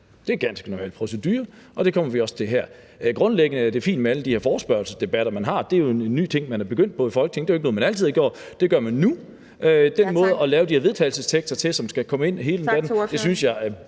Det er ganske normal procedure, og det kommer vi også til her. Grundlæggende er det fint med alle de her forespørgselsdebatter, man har. Det er jo en ny ting, man er begyndt på i Folketinget; det er jo ikke noget, man altid har gjort, men det gør man nu. (Anden næstformand (Pia Kjærsgaard): Tak til ordføreren!). Den måde at lave de her